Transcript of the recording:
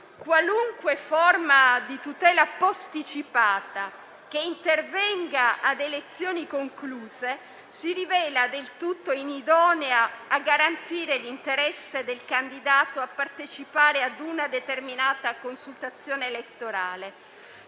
Qualunque forma di tutela posticipata che intervenga a elezioni concluse si rivela del tutto inidonea a garantire l'interesse del candidato a partecipare a una determinata consultazione elettorale